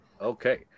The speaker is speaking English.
Okay